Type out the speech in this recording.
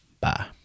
bye